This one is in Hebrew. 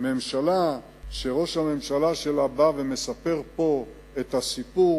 ממשלה שראש הממשלה בא ומספר פה את הסיפור